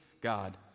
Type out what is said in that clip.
God